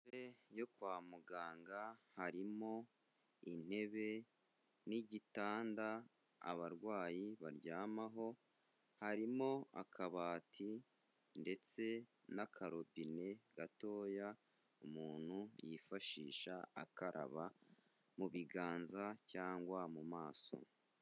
Aha ni kwa muganga, harimo intebe n'igitanda abarwayi baryamaho. Harimo akabati ndetse n'akarobine gatoya umuntu yifashisha akaraba mu biganza cyangwa mu maso.